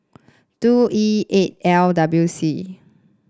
two E eight L W C